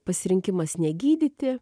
pasirinkimas negydyti